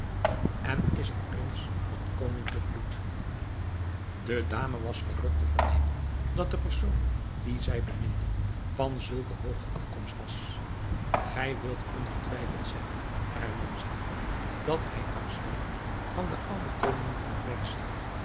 en is een prins van koninklijk bloed de dame was verrukt te vernemen dat de persoon dien zij beminde van zulke hooge afkomst was gij wilt ongetwijfeld zeggen hernam zij dat hij afstamt van de oude koningen van perzië